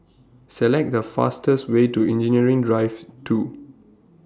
Select The fastest Way to Engineering Drive two